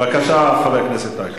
בבקשה, חבר הכנסת אייכלר.